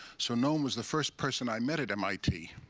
so noam was the first person i met at mit.